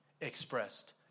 expressed